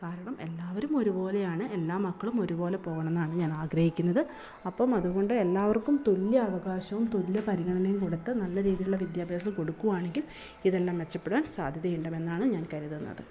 കാരണം എല്ലാവരും ഒരുപോലെയാണ് എല്ലാ മക്കളും ഒരുപോലെയാണ് പോണെ എന്നാണ് ഞാൻ ആഗ്രഹിക്കുന്നത് അപ്പം അതുകൊണ്ട് എല്ലാവർക്കും തുല്യ അവകാശവും തുല്യ പരിഗണനയും കൊടുത്ത് നല്ല രീതിയിലുള്ള വിദ്യാഭ്യാസം കൊടുക്കുകയാണെങ്കിൽ ഇതെല്ലാ മെച്ചപ്പെടുവാൻ സാദ്ധ്യതയുണ്ടെന്നാണ് ഞാൻ കരുതുന്നത്